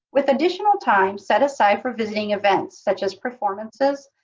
with additional time set aside for visiting events such as performances,